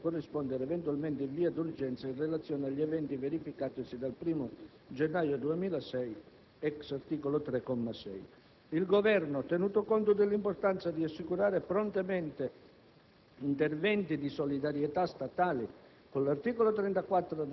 II Governo, tenuto conto dell'importanza di assicurare prontamente